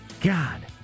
God